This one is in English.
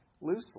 loosely